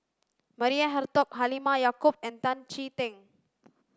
Maria Hertogh Halimah Yacob and Tan Chee Teck